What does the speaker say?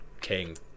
King